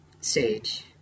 Sage